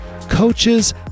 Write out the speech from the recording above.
coaches